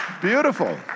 Beautiful